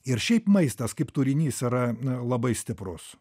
ir šiaip maistas kaip turinys yra labai stiprus